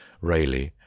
Rayleigh